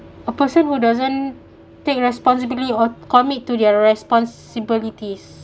a person who doesn't take responsibility or commit to their responsibilities